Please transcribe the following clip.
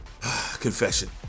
confession